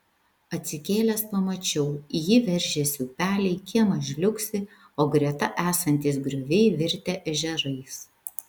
atsikėlęs pamačiau į jį veržiasi upeliai kiemas žliugsi o greta esantys grioviai virtę ežerais